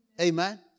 Amen